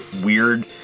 weird